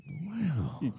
Wow